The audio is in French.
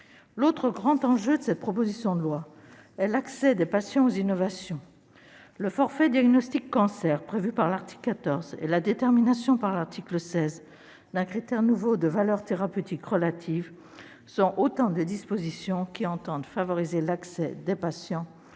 L'autre grand enjeu de cette proposition de loi est l'accès des patients aux innovations. Le forfait diagnostic cancer prévu par l'article 14 et la détermination, par l'article 16, d'un critère nouveau de « valeur thérapeutique relative » sont autant de dispositions qui entendent favoriser l'accès des patients